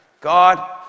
God